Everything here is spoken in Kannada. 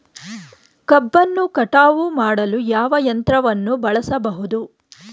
ಕಬ್ಬನ್ನು ಕಟಾವು ಮಾಡಲು ಯಾವ ಯಂತ್ರವನ್ನು ಬಳಸಬಹುದು?